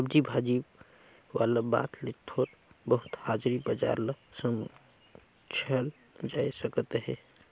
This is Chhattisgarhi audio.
सब्जी भाजी वाला बात ले थोर बहुत हाजरी बजार ल समुझल जाए सकत अहे